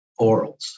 orals